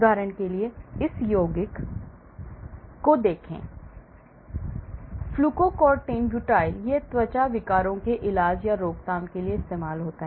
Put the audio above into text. उदाहरण के लिए इस यौगिक को देखें Fluocortin butyl यह त्वचा विकारों का इलाज या रोकथाम है